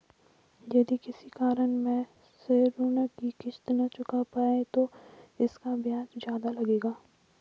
यदि किसी कारण से ऋण की किश्त न चुका पाये तो इसका ब्याज ज़्यादा लगेगा?